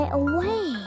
away